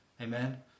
Amen